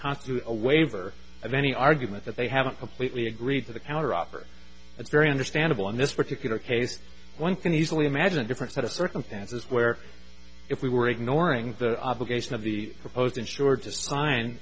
constitute a waiver of any argument that they haven't completely agreed to the counteroffer it's very understandable in this particular case one can easily imagine a different set of circumstances where if we were ignoring the obligation of the proposed insure